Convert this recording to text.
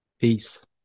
Peace